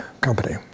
company